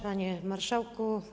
Panie Marszałku!